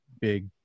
big